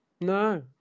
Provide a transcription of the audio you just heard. No